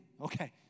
Okay